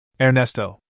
Ernesto